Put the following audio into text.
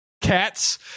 cats